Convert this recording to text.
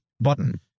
button